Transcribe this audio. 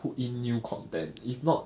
put in new content if not